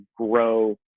grow